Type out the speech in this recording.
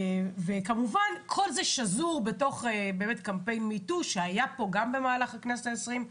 כמובן שכל זה שזור בתוך קמפיין Me Too שהיה פה גם במהלך הכנסת העשרים,